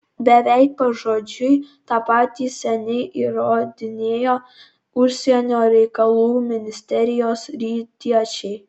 beveik pažodžiui tą patį seniai įrodinėjo užsienio reikalų ministerijos rytiečiai